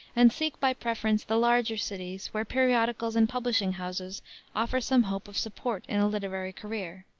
and seek, by preference, the large cities where periodicals and publishing houses offer some hope of support in a literary career.